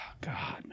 God